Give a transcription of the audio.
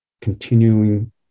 continuing